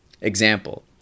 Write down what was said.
Example